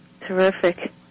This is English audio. Terrific